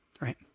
right